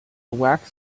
waxed